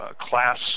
class